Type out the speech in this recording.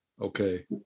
okay